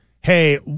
hey